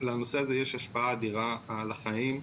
לנושא הזה יש השפעה אדירה על החיים.